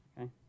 okay